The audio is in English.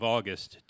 August